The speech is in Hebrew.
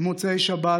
במוצאי שבת,